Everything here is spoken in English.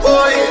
Boy